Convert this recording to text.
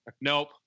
Nope